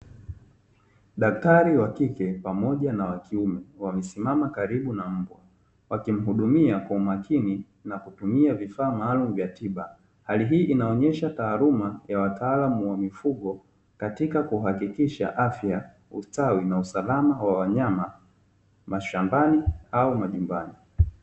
Daktari wa kike pamoja na wakiume wamesimama karibu na mbwa, wakimhudumia kwa umakini na kutumia vifaa maalumu vya tiba. Hii inaonyesha taaluma ya wataalamu wa mifugo katika kuhakikisha afya, ustawi na usalama wa wanyama mashambani au majumbani.